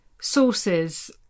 sources